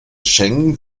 schengen